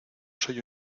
soy